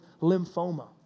lymphoma